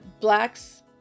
Blacks